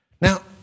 Now